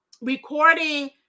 recording